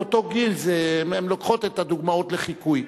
באותו גיל הן לוקחות את הדוגמאות לחיקוי.